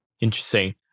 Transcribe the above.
Interesting